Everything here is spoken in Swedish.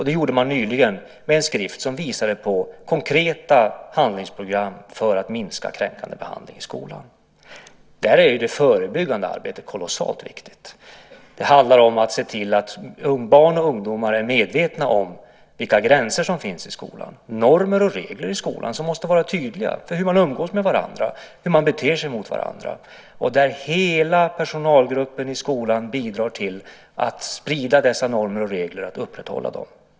Det gjorde man nyligen med en skrift som visade på konkreta handlingsprogram för att minska kränkande behandling i skolan. Det förebyggande arbetet är kolossalt viktigt. Det handlar om att se till att barn och ungdomar är medvetna om vilka gränser som finns i skolan. Normer och regler för hur man umgås med varandra och beter sig mot varandra måste vara tydliga. Hela personalgruppen i skolan måste bidra till att sprida dessa normer och regler och till att upprätthålla dem.